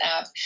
app